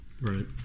Right